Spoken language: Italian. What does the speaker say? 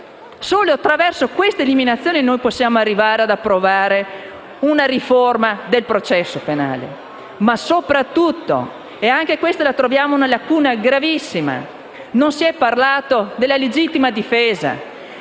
Solo attraverso queste eliminazioni noi potremo arrivare ad approvare una riforma del processo penale. Ma soprattutto, e anche questa la consideriamo una lacuna gravissima, non si è parlato della legittima difesa.